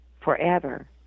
forever